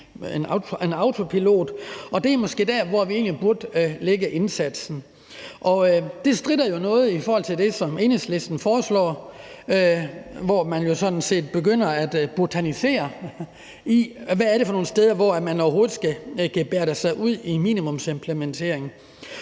på autopilot. Og det er måske der, hvor vi egentlig burde lægge indsatsen. Det stritter jo noget i forhold til det, Enhedslisten foreslår – man begynder sådan set at botanisere i, hvad det er for nogle steder, man overhovedet skal begive sig ud i en minimumsimplementering.